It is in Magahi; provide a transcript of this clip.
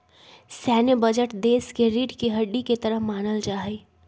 सैन्य बजट देश के रीढ़ के हड्डी के तरह मानल जा हई